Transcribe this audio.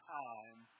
time